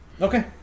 Okay